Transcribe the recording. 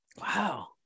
Wow